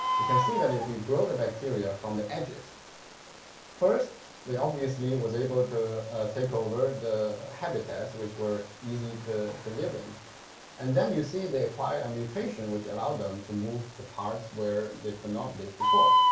you can see that if we grow the bacteria from the edges first they obviously was able to take over the habitats which were easy to to live in and then you see they acquire a mutation which allowed them to move to parts where they cannot live before.